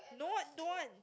not don't want